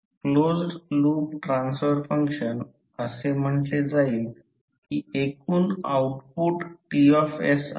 तर हे एक DC सर्किट आहे जे मॅग्नेटिक सर्किटचे अनुरूप आहे